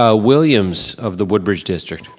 ah williams of the woodbridge district.